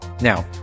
Now